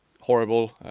horrible